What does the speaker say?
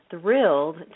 thrilled